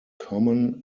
common